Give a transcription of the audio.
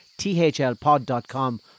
thlpod.com